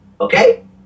Okay